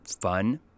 fun